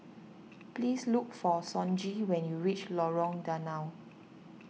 please look for Sonji when you reach Lorong Danau